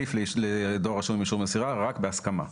התחליף לדואר רשום ואישור מסירה זה רק בהסכמה.